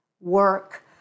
work